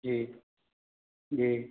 जी जी